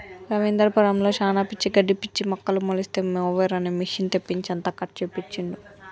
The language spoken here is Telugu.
రవీందర్ పొలంలో శానా పిచ్చి గడ్డి పిచ్చి మొక్కలు మొలిస్తే మొవెర్ అనే మెషిన్ తెప్పించి అంతా కట్ చేపించిండు